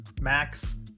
Max